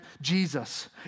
Jesus